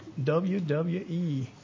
WWE